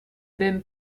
ben